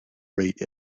rate